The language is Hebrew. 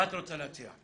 מה את רוצה להציע?